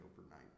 overnight